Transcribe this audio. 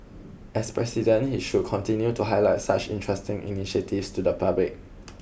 as president he should continue to highlight such interesting initiatives to the public